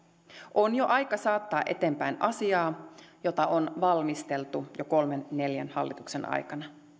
on jo aika saattaa eteenpäin asiaa jota on valmisteltu jo kolmen neljän hallituksen aikana